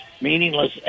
meaningless